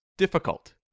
difficult